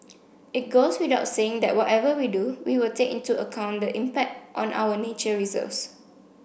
it goes without saying that whatever we do we will take into account the impact on our nature reserves